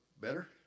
better